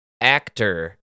Actor